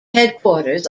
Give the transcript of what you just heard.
headquarters